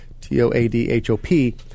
T-O-A-D-H-O-P